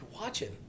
watching